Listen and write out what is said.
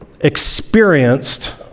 experienced